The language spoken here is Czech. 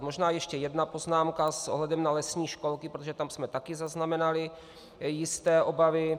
Možná ještě jedna poznámka s ohledem na lesní školky, protože tam jsme také zaznamenali jisté obavy.